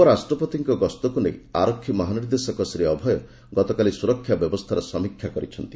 ଉପରାଷ୍ଟ୍ରପତିଙ୍କ ଗସ୍ତକୁ ନେଇ ଆରକ୍ଷୀ ମହାନିର୍ଦ୍ଦେଶକ ଶ୍ରୀ ଅଭୟ ଗତକାଲି ସୁରକ୍ଷା ବ୍ୟବସ୍ଥାର ସମୀକ୍ଷା କରିଛନ୍ତି